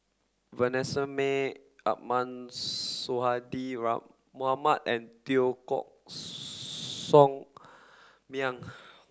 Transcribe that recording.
Vanessa Mae Ahmad Sonhadji Mohamad and Teo Koh Sock Miang